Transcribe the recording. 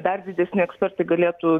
dar didesni ekspertai galėtų